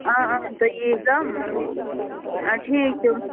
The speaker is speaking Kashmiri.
آ آ تُہۍ یی زیٚو ٹھیٖک چھُ